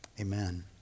amen